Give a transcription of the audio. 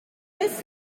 this